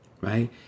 Right